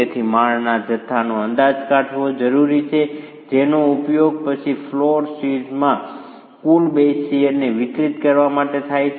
તેથી માળના જથ્થાનો અંદાજ કાઢવો જરૂરી છે જેનો ઉપયોગ પછી ફ્લોર શીર્સમાં કુલ બેઝ શીયરને વિતરિત કરવા માટે થાય છે